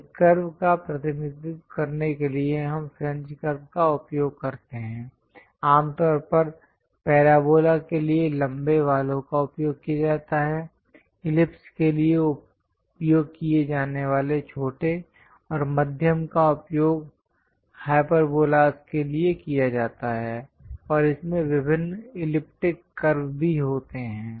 एक कर्व का प्रतिनिधित्व करने के लिए हम फ्रेंच कर्वस् का उपयोग करते हैं आमतौर पर पैराबोला के लिए लंबे वालों का उपयोग किया जाता है इलिप्स के लिए उपयोग किए जाने वाले छोटे और मध्यम का उपयोग हाइपरबोलास के लिए किया जाता है और इसमें विभिन्न इलिप्टिक कर्व भी होते हैं